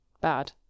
bad